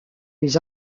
les